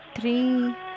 three